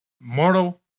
mortal